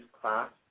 class